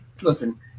Listen